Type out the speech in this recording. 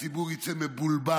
הציבור יצא מבולבל,